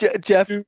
jeff